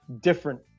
different